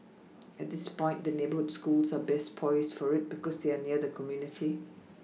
at this point the neighbourhood schools are best poised for it because they are near the community